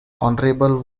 honorable